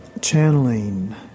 channeling